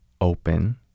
open